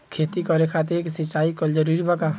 खेती करे खातिर सिंचाई कइल जरूरी बा का?